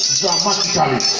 dramatically